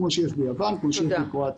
כמו שיש ביוון ובקרואטיה.